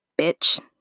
bitch